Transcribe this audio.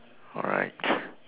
alright